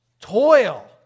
Toil